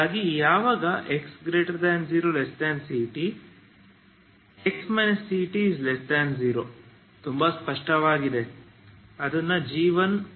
ಹಾಗಾಗಿ ಯಾವಾಗ 0xct x ct0 ತುಂಬಾ ಸ್ಪಷ್ಟವಾಗಿ g10